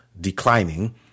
declining